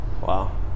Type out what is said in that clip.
Wow